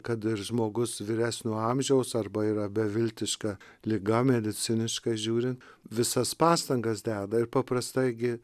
kad ir žmogus vyresnio amžiaus arba yra beviltiška liga mediciniškai žiūrint visas pastangas deda ir paprastai gi